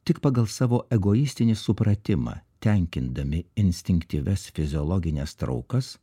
tik pagal savo egoistinį supratimą tenkindami instinktyvias fiziologines traukas